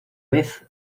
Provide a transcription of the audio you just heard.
vez